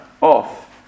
off